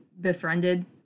befriended